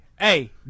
Hey